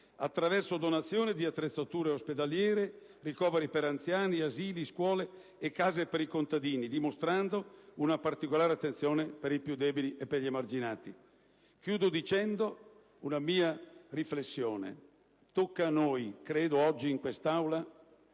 attraverso la donazione di attrezzature ospedaliere, ricoveri per anziani, asili, scuole e case per i contadini, dimostrando una particolare attenzione per i più deboli e per gli emarginati. Vorrei concludere con una mia riflessione. Credo che tocchi a noi oggi in quest'Aula